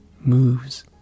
moves